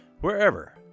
wherever